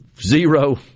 zero